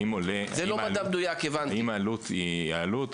אם העלות היא העלות,